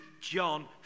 John